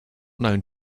known